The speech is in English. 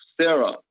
Sarah